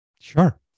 Sure